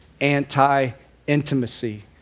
anti-intimacy